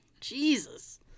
Jesus